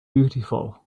beautiful